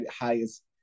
highest